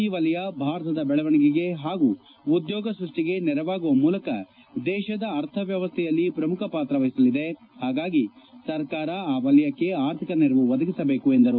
E ವಲಯ ಭಾರತದ ಬೆಳವಣಿಗೆ ಹಾಗೂ ಉದ್ಲೋಗ ಸ್ಕಷ್ಲಿಗೆ ನೆರವಾಗುವ ಮೂಲಕ ದೇಶದ ಅರ್ಥ ವ್ವವಸ್ಥೆಯಲ್ಲಿ ಪ್ರಮುಖ ಪಾತ್ರ ವಹಿಸಲಿದೆ ಹಾಗಾಗಿ ಸರ್ಕಾರ ಆ ವಲಯಕ್ಕೆ ಆರ್ಥಿಕ ನೆರವು ಒದಗಿಸಬೇಕು ಎಂದರು